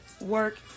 work